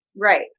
Right